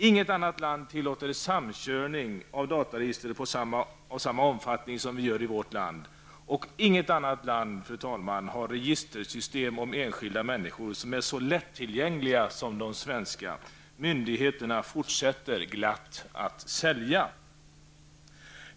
Inget annat land tillåter samkörning av dataregister i samma omfattning som vi gör i vårt land. Inget annat land, fru talman, har registersystem om enskilda människor som är så lättillgängliga som de svenska. Myndigheterna fortsätter glatt att sälja.